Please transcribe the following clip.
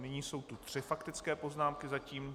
Nyní jsou tu tři faktické poznámky, zatím.